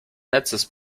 netzes